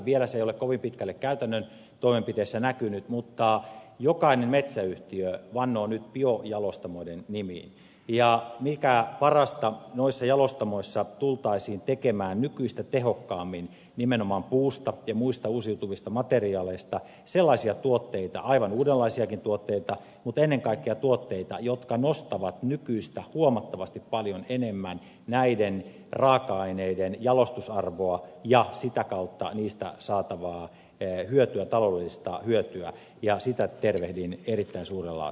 vielä se ei ole kovin pitkälle käytännön toimenpiteissä näkynyt mutta jokainen metsäyhtiö vannoo nyt biojalostamoiden nimiin ja mikä parasta noissa jalostamoissa tultaisiin tekemään nykyistä tehokkaammin nimenomaan puusta ja muista uusiutuvista materiaaleista aivan uudenlaisiakin tuotteita mutta ennen kaikkea tuotteita jotka nostavat huomattavasti nykyistä enemmän näiden raaka aineiden jalostusarvoa ja sitä kautta niistä saatavaa taloudellista hyötyä ja sitä tervehdin erittäin suurella tyydytyksellä